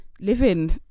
living